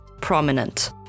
prominent